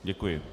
Děkuji.